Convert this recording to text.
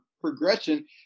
progression